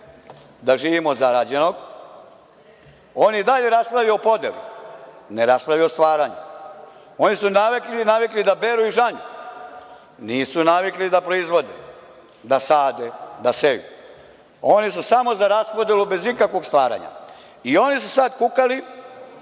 da živimo od zarađenog, on i dalje raspravlja o podeli, ne raspravlja o stvaranju. Oni su navikli da beru i žanju, nisu navikli da proizvode, da sade, da seju. Oni su samo za raspodelu bez ikakvog stvaranja i oni su sad kukali